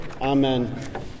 Amen